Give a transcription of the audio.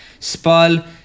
SPAL